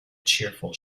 cheerful